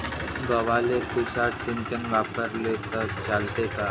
गव्हाले तुषार सिंचन वापरले तर चालते का?